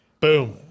Boom